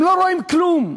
הם לא רואים כלום.